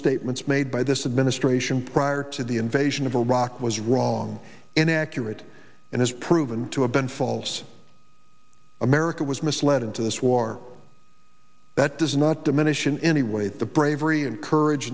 statements made by this administration prior to the invasion of iraq was wrong inaccurate and has proven to have been false america was misled into this war that does not diminish in any way the bravery and courage